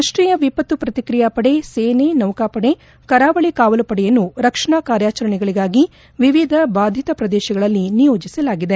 ರಾಷ್ಷೀಯ ವಿಪತ್ತು ಪ್ರತಿಕ್ರಿಯಾ ಪಡೆ ಸೇನೆ ನೌಕಾಪಡೆ ಕರಾವಳಿ ಕಾವಲುಪಡೆಯನ್ನು ರಕ್ಷಣಾ ಕಾರ್ಯಾಚರಣೆಗಳಿಗಾಗಿ ವಿವಿಧ ಬಾಧಿತ ಪ್ರದೇಶಗಳಲ್ಲಿ ನಿಯೋಜಿಸಲಾಗಿದೆ